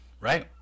right